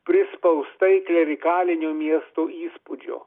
prispaustai klerikalinio miesto įspūdžio